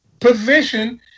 position